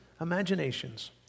imaginations